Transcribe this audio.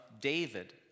David